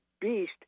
beast